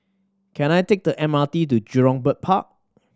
can I take the M R T to Jurong Bird Park